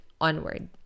onward